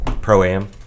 pro-am